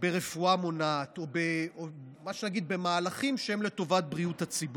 ברפואה מונעת, במהלכים שהם לטובת בריאות הציבור.